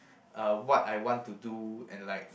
uh what I want to do and like